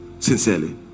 Sincerely